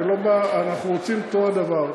אנחנו רוצים את אותו הדבר.